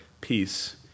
peace